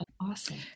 Awesome